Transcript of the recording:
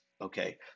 okay